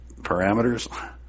parameters